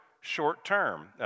short-term